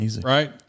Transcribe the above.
right